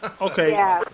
okay